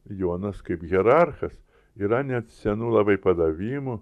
jonas kaip hierarchas yra net senų labai padavimų